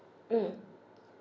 mm